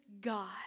God